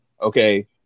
okay